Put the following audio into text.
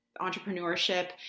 entrepreneurship